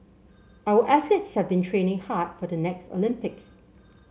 our athletes have been training hard for the next Olympics